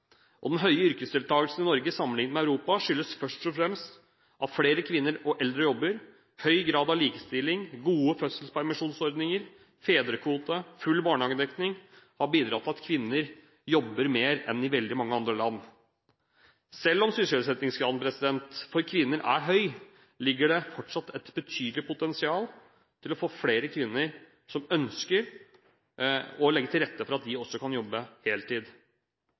arbeidslivet. Den høye yrkesdeltakelsen i Norge sammenlignet med Europa skyldes først og fremst at flere kvinner og eldre jobber. Høy grad av likestilling, gode fødselspermisjonsordninger, fedrekvote og full barnehagedekning har bidratt til at kvinner jobber mer enn i veldig mange andre land. Selv om sysselsettingsgraden for kvinner er høy, ligger det fortsatt et betydelig potensial i å legge til rette for at flere kvinner som ønsker det, kan jobbe heltid.